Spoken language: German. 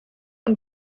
und